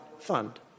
Fund